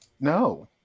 No